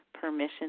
permission